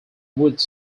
wood